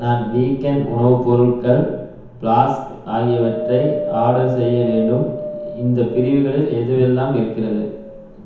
நான் வீகன் உணவுப் பொருட்கள் ஃப்ளாஸ்க் ஆகியவற்றை ஆர்டர் செய்ய வேண்டும் இந்தப் பிரிவுகளில் எதுவெல்லாம் இருக்கிறது